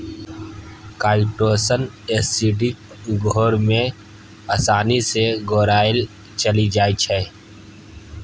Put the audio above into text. chitosan acidic घोर मे आसानी सँ घोराएल चलि जाइ छै